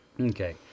Okay